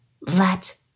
let